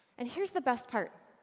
and here's the best part.